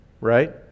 right